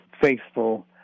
faithful